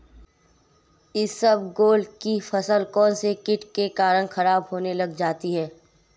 इसबगोल की फसल कौनसे कीट के कारण खराब होने लग जाती है?